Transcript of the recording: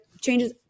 Changes